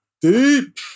deep